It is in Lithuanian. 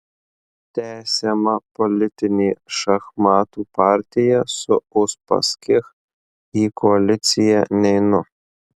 tęsiama politinė šachmatų partija su uspaskich į koaliciją neinu